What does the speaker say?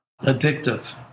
addictive